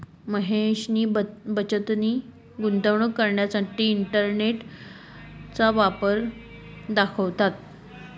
महेशनी बचतनी गुंतवणूक कराना करता इंटरनेटवर फंडना परकार दखात